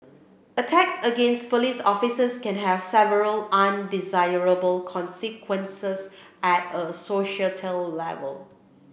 attacks against police officers can have several undesirable consequences at a societal level